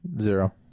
Zero